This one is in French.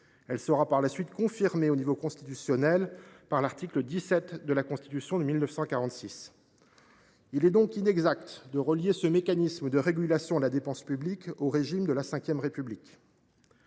Elle sera, par la suite, confirmée au niveau constitutionnel, par l’article 17 de la Constitution de 1946. Il est donc inexact de relier ce mécanisme de régulation de la dépense publique au régime de la V République.